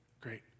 Great